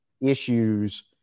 issues